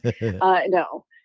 no